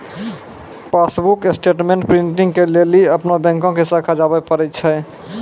passbook statement printing के लेली अपनो बैंको के शाखा जाबे परै छै